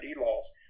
laws